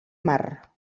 mar